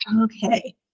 okay